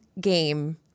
game –